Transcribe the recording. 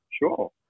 Sure